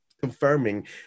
confirming